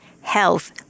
health